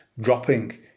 dropping